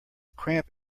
cramp